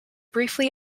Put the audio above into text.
briefly